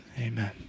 Amen